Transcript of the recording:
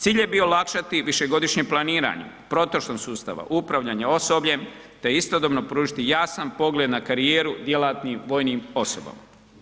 Cilj je bio olakšati višegodišnje planiranje, protočnost sustava, upravljanje osobljem te istodobno pružiti jasan pogled na karijeru djelatnim vojnim osobama.